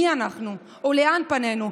מי אנחנו ולאן פנינו.